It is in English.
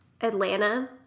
Atlanta